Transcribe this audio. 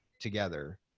together